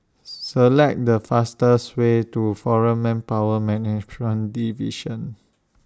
Select The fastest Way to Foreign Manpower Management Division